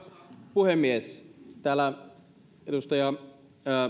puhemies edustaja